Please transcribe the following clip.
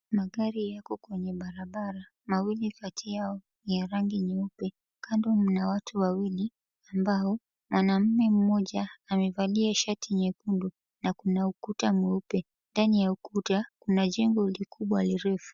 Magari yako kwenye barabara, mawili kati yao ya rangi nyeupe. Kando mna watu wawili ambao mwanaume mmoja amevalia shati nyekundu na kuna ukuta mweupe. Ndani ya ukuta, kuna jengo likubwa lirefu.